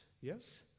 yes